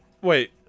wait